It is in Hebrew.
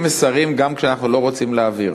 מסרים גם כשאנחנו לא רוצים להעביר.